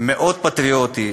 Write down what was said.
מאוד פטריוטי.